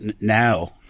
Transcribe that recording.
now